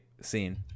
scene